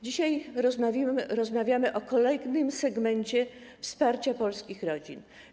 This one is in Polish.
Dzisiaj rozmawiamy o kolejnym segmencie wsparcia polskich rodzin.